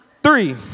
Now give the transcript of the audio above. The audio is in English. Three